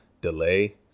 delay